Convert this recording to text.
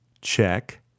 Check